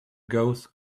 goes